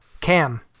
Cam